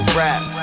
rap